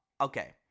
okay